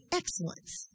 excellence